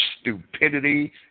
stupidity